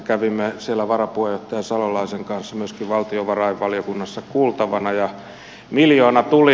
kävimme varapuheenjohtaja salolaisen kanssa myöskin valtiovarainvaliokunnassa kuultavana ja miljoona tuli